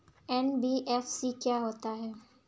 NBFC क्या होता है?